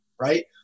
right